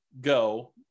go